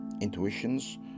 Intuitions